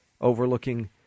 overlooking